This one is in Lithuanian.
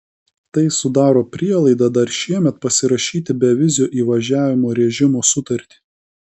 tai sudaro prielaidą dar šiemet pasirašyti bevizio įvažiavimo režimo sutartį